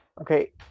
Okay